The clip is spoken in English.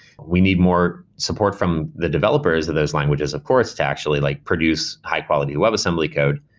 we need more support from the developers of those languages, of course, to actually like produce high-quality web assembly code.